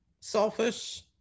selfish